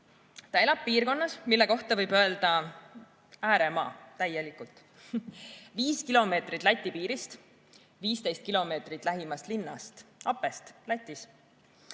Ta elab piirkonnas, mille kohta võib öelda ääremaa, täielikult. Viis kilomeetrit Läti piirist, 15 kilomeetri lähimast linnast, Apest, Lätis.